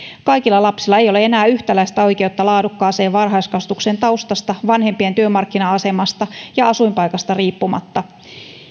kaikilla lapsilla ei ole enää yhtäläistä oikeutta laadukkaaseen varhaiskasvatukseen taustasta vanhempien työmarkkina asemasta ja asuinpaikasta riippumatta